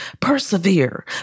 persevere